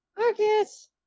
Marcus